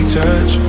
touch